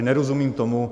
Nerozumím tomu.